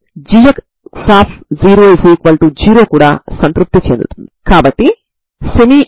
కాబట్టి మీరు ఈ c1 ని పొందిన తర్వాత దానిని మనం ఈ పరిష్కారం లో పెట్టవచ్చు సరేనా